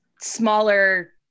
smaller